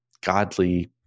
godly